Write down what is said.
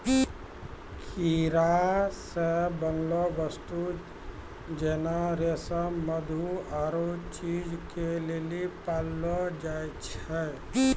कीड़ा से बनलो वस्तु जेना रेशम मधु आरु चीज के लेली पाललो जाय छै